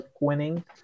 winning